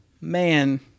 man